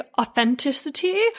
authenticity